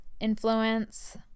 influence